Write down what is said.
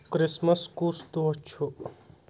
Christmas کُس دۄہ چھُ